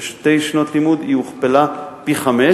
בשתי שנות לימוד היא הוכפלה פי-חמישה.